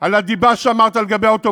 זה מילא, אבל חברת למאפיונר.